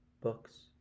books